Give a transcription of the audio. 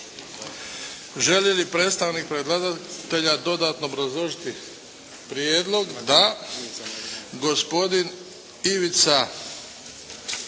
Želi li predstavnik predlagatelja dodatno obrazložiti prijedlog? Da. Gospodin Ivica